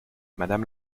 madame